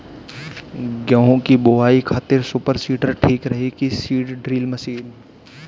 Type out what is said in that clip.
गेहूँ की बोआई खातिर सुपर सीडर ठीक रही की सीड ड्रिल मशीन?